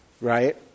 right